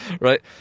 Right